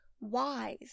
wise